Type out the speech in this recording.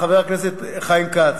חבר הכנסת חיים כץ,